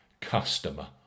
Customer